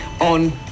on